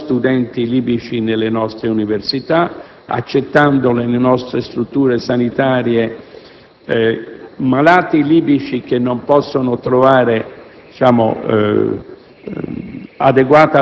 ammettendo studenti libici nelle nostre università, accettando nelle nostre strutture sanitarie malati libici che non possono trovare adeguata